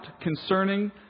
concerning